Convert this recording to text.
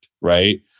Right